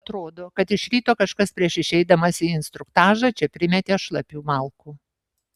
atrodo kad iš ryto kažkas prieš išeidamas į instruktažą čia primetė šlapių malkų